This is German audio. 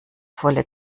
volle